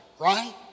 right